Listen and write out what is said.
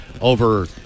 over